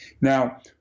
Now